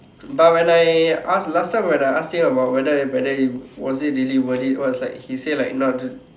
but when I ask last time when I aksed him whether whether was it really worth it he was like he said like not